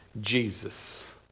Jesus